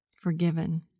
Forgiven